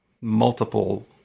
multiple